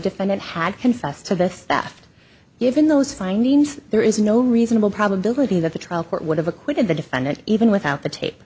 defendant had confessed to the theft given those findings there is no reasonable probability that the trial court would have acquitted the defendant even without the tape